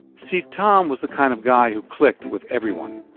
see, tom was the kind of guy who clicked with everyone